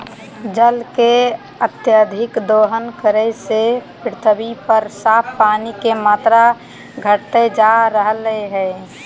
जल के अत्यधिक दोहन करे से पृथ्वी पर साफ पानी के मात्रा घटते जा रहलय हें